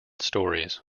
stories